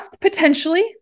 potentially